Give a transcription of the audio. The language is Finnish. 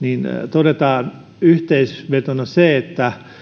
todetaan yhteenvetona se että